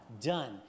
done